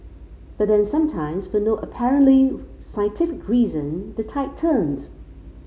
but then sometimes for no apparently scientific reason the tide turns